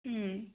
ಹ್ಞೂಂ